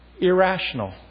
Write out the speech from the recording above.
irrational